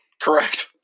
Correct